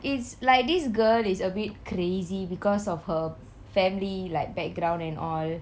it's like this girl is a bit crazy because of her family like background and all